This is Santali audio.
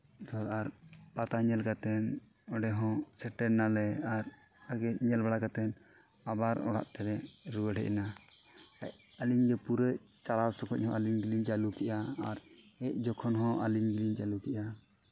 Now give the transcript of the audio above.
ᱡᱚᱛᱚ ᱦᱚᱲ ᱟᱨ ᱯᱟᱛᱟ ᱧᱮᱞ ᱠᱟᱛᱮ ᱚᱸᱰᱮ ᱦᱚᱸ ᱥᱮᱴᱮᱨᱱᱟᱞᱮ ᱟᱜᱮ ᱧᱮᱞ ᱵᱟᱲᱟ ᱠᱟᱛᱮ ᱟᱵᱟᱨ ᱚᱲᱟᱜ ᱛᱮᱞᱮ ᱨᱩᱭᱟᱹᱲ ᱦᱮᱡᱱᱟ ᱦᱮᱡ ᱟᱹᱞᱤᱧ ᱜᱮ ᱯᱩᱨᱟᱹ ᱪᱟᱞᱟᱣ ᱥᱚᱠᱚᱡ ᱦᱚᱸ ᱟᱹᱞᱤᱧ ᱜᱮᱞᱤᱧ ᱪᱟᱹᱞᱩ ᱠᱮᱜᱼᱟ ᱟᱨ ᱦᱮᱡ ᱡᱚᱠᱷᱚᱱ ᱦᱚᱸ ᱟᱹᱞᱤᱧ ᱜᱮᱞᱤᱧ ᱪᱟᱹᱞᱩ ᱠᱮᱜᱼᱟ